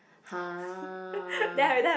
!huh!